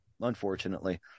unfortunately